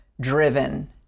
driven